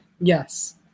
Yes